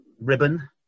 ribbon